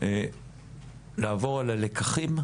לעבור על הלקחים,